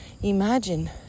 Imagine